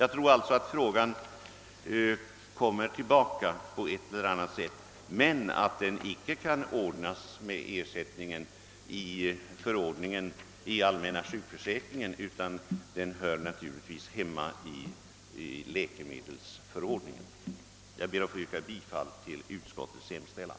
Jag tror alltså att frågan kommer tillbaka på ett eller annat sätt men anser att den inte kan lösas genom ersättning enligt lagen om allmän sjukförsäkring; saken hör hemma i läkemedelsförordningen. Jag ber att få yrka bifall till utskottets hemställan.